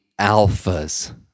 alphas